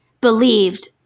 believed